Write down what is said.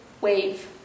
wave